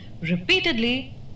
repeatedly